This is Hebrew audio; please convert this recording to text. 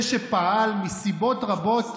זה שפעל מסיבות רבות,